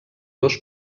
dos